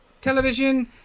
television